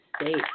state